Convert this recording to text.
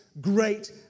great